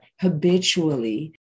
habitually